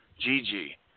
Gigi